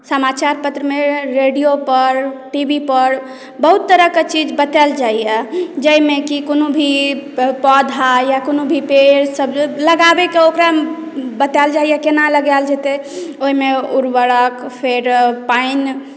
समाचारपत्रमे रेडियोपर टीवीपर बहुत तरहके चीज बताएल जाइए जाहिमे कि कोनो भी पौधा या कोनो भी पेड़सभ लगाबयके ओकरा बताएल जाइए केना लगाएल जेतै ओहिमे उर्वरक फेर पानि